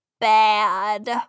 bad